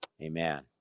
Amen